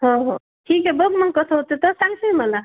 हो हो ठीक आहे बघ मग कसं होते तर सांगसील मला